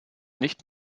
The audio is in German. nicht